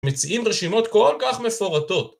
מציעים רשימות כל כך מפורטות